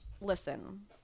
listen